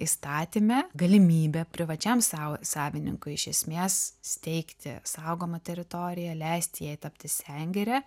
įstatyme galimybė privačiam sau savininkui iš esmės steigti saugomą teritoriją leisti jai tapti sengire